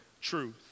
truth